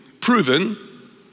proven